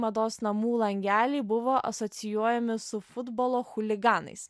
mados namų langeliai buvo asocijuojami su futbolo chuliganais